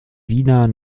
wiener